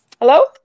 Hello